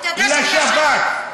החוק מכסה את זה.